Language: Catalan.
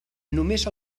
només